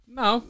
no